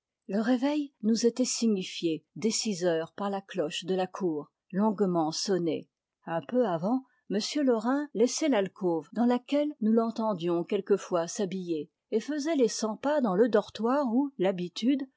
le réveil nous était signifié dès six heures par la cloche de la cour longuement sonnée un peu avant m laurin laissait l'alcôve dans laquelle nous l'entendions quelquefois s'habiller et faisait les cent pas dans le dortoir où l'habitude